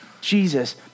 jesus